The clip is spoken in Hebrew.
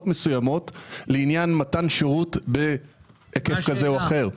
מסוימות לעניין מתן שירות בהיקף כזה או אחר.